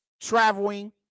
traveling